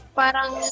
parang